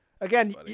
again